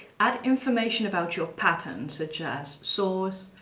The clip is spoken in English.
add information about your pattern such as source,